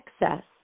excess